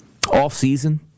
off-season